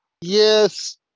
yes